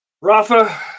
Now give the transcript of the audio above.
Rafa